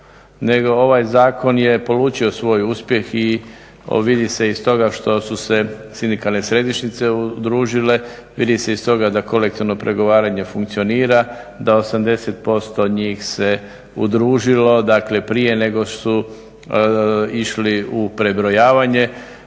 nego ovaj zakon je polučio svoj uspjeh i vidi se iz toga što su se sindikalne središnjice udružile, vidi se iz toga da kolektivno pregovaranje funkcionira, da 80% njih se udružilo prije nego što su išli u prebrojavanje.